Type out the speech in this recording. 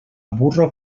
burro